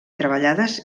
treballades